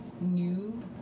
new